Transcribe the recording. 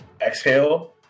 exhale